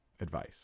Advice